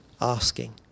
asking